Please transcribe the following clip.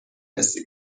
رسی